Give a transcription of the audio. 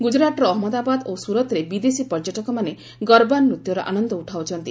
ଗୁଜରାଟର ଅହମ୍ମଦାବାଦ ଓ ସୁରତ୍ରେ ବିଦେଶୀ ପର୍ଯ୍ୟଟକମାନେ ଗର୍ବା ନୂତ୍ୟର ଆନନ୍ଦ ଉଠାଉଛନ୍ତି